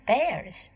Bears